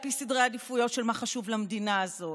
על פי סדרי עדיפויות של מה חשוב למדינה הזאת,